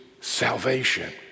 salvation